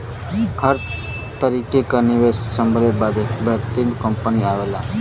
हर तरीके क निवेस संभले बदे बेहतरीन कंपनी आवला